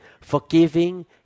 forgiving